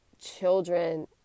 children